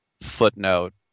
footnote